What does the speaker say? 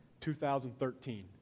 2013